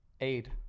aid